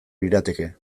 lirateke